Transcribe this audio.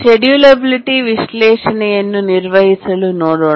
schedule ability ವಿಶ್ಲೇಷಣೆಯನ್ನು ನಿರ್ವಹಿಸಲು ನೋಡೋಣ